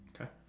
Okay